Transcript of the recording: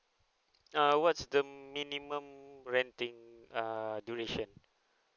uh what's the minimum renting err duration